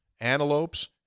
Antelopes